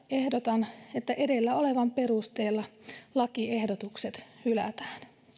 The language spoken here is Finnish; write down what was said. ehdotan että edellä olevan perusteella lakiehdotukset hylätään